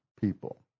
people